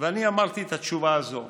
אני אמרתי את התשובה הזאת: